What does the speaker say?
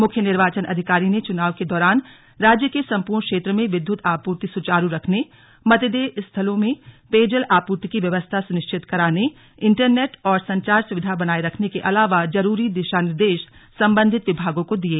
मुख्य निर्वाचन अधिकारी ने चुनाव के दौरान राज्य के सम्पूर्ण क्षेत्र में विद्युत आपूर्ति सुचारू रखने मतदेय स्थलों में पेयजल आपूर्ति की व्यवस्था सुनिश्चित कराने इन्टरनेट और संचार सुविधा बनाये रखने के अलावा जरूरी दिशा निर्देश संबंधित विभागों को दिये